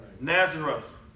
Nazareth